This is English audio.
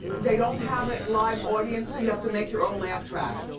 they don't have it live audience so you have to make your own laugh track.